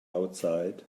outside